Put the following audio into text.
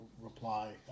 reply